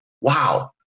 wow